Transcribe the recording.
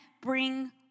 bring